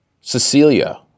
Cecilia